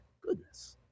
Goodness